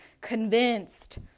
convinced